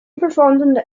performed